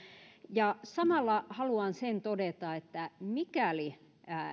samalla haluan sen todeta että mikäli